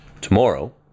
tomorrow